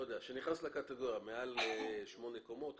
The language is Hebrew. שנכנס לקטגוריה, מעל שמונה קומות.